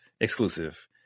exclusive